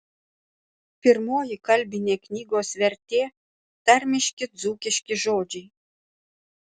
pirmoji kalbinė knygos vertė tarmiški dzūkiški žodžiai